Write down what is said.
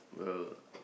well